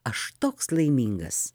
aš toks laimingas